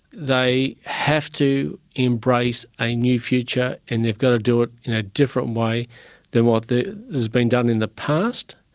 they have to embrace a new future and they've got to do it in a different way than what has been done in the past.